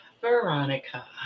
Veronica